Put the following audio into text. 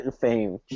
fame